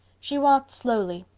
she walked slowly,